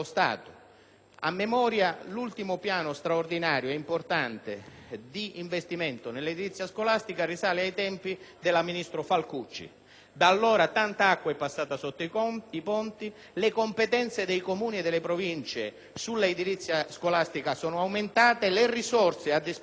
A memoria, l'ultimo piano straordinario importante di investimenti nell'edilizia scolastica risale ai tempi della ministro Falcucci. Da allora tanta acqua è passata sotto i ponti; le competenze dei Comuni e delle Province in tema di edilizia scolastica sono aumentate, le risorse a disposizione